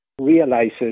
realizes